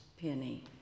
penny